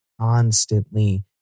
constantly